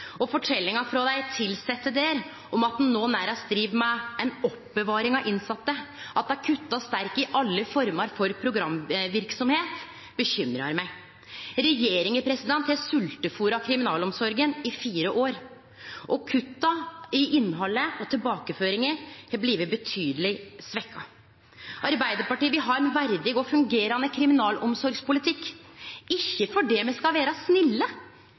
og forteljinga frå dei tilsette der om at ein no nærast driv med oppbevaring av dei innsette, at dei kuttar sterkt i alle former for programverksemder, bekymrar meg. Regjeringa har sveltefôra kriminalomsorga i fire år, og kutta har ført til at innhaldet og tilbakeføringa har blitt betydeleg svekte. Arbeidarpartiet vil ha ein verdig og fungerande kriminalomsorgspolitikk, ikkje fordi me skal vere snille,